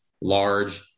large